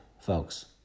folks